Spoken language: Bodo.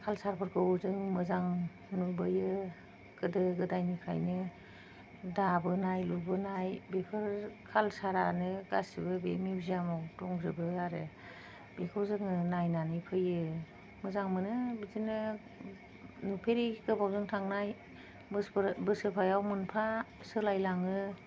कालचारफोरखौ जों मोजां नुबोयो गोदो गोदायनिफ्रायनो दाबोनाय लुबोनाय बेफोर कालचारआनो गासिबो बे मिउजियामाव दंजोबो आरो बेखौ जोङो नायनानै फैयो मोजां मोनो बिदिनो नुफेरै गोबावजों थांनाय बोसोरफायाव मोनफा सोलाय लाङो